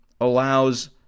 allows